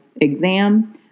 exam